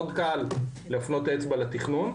מאוד קל להפנות אצבע לתכנון,